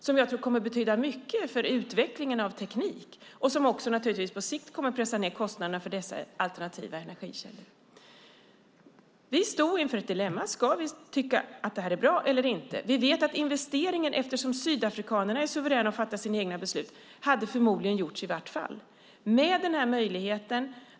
Det kommer att betyda mycket för utvecklingen av teknik och också på sikt pressa ned kostnaderna för de alternativa energikällorna. Vi stod inför ett dilemma. Ska vi tycka att detta är bra eller inte? Vi visste att investeringen förmodligen hade gjorts i vilket fall eftersom sydafrikanerna är suveräna att fatta egna beslut.